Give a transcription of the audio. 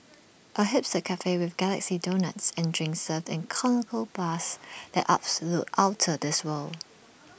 A hipster Cafe with galaxy donuts and drinks served in conical bus that's absolutely outta this world